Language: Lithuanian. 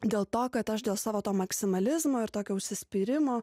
dėl to kad aš dėl savo to maksimalizmo ir tokio užsispyrimo